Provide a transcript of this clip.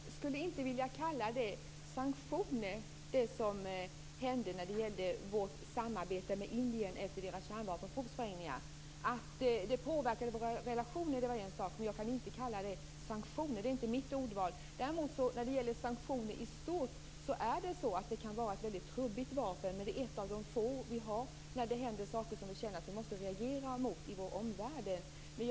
Fru talman! Jag skulle inte vilja kalla det som hände sanktioner, när det gällde vårt samarbete med Indien efter deras kärnvapenprovsprängningar. Att det påverkade våra relationer är en sak, men jag kan inte kalla det sanktioner - det är inte mitt ordval. Däremot kan sanktioner i stort vara ett trubbigt vapen, men det är ett av de få vapen vi har när det händer saker i vår omvärld som vi känner att vi måste reagera mot.